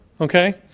Okay